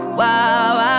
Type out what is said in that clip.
Wow